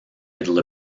david